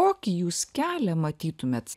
kokį jūs kelią matytumėt